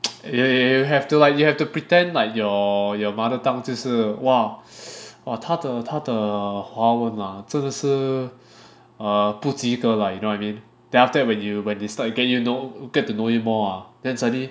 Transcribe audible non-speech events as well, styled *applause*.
*noise* eh you have to like you have to pretend like your your mother tongue 就是 !whoa! *noise* 他的他的华文 ah 真的是 err 不及格 like you know what I mean then after that when you when they start to get you know get to know you more ah then suddenly